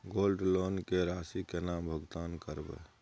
Gold loan के राशि केना भुगतान करबै?